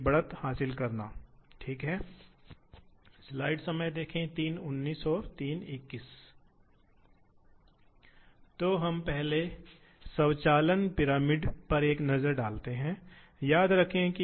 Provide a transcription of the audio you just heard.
बेटा विभिन्न प्रकार की मशीनिंग प्रक्रियाएं होती हैं जो सबसे आम होती हैं जिसे हम देखते हैं जिसे लेथेस देखा जाता है खराद मशीन में